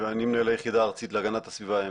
ההזרמה לים.